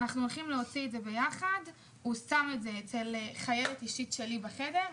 הלכנו יחד להוציא את זה והוא שם את זה אצל חיילת אישית שלי בחדר.